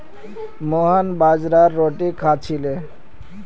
मोहन बाजरार रोटी खा छिले